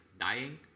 Dying